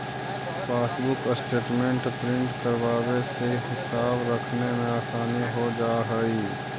passbook statement print करवावे से हिसाब रखने में आसानी हो जा हई